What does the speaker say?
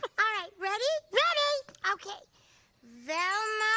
but ah right ready? ready. okay velmo,